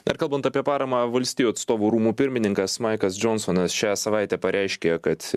dar kalbant apie paramą valstijų atstovų rūmų pirmininkas maikas džonsonas šią savaitę pareiškė kad